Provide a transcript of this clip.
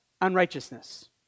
unrighteousness